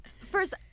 First